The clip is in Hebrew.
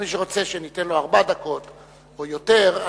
אבל מי שרוצה שניתן לו ארבע דקות או יותר,